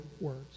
words